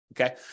okay